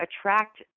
attract